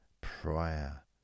prior